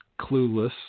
clueless